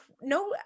no